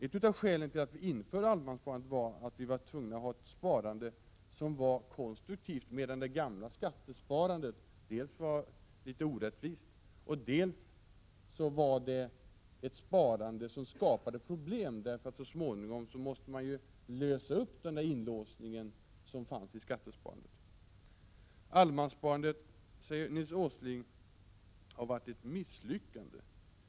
Ett av skälen till att vi införde allemanssparandet var att vi var tvungna att ha ett sparande som var konstruktivt, medan det gamla skattesparandet dels var litet orättvist, dels var ett sparande som skapade problem eftersom man så småningom måste lösa upp den inlåsning som fanns i skattesparandet. Nils Åsling säger att allemanssparandet har varit ett misslyckande.